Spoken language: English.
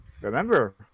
Remember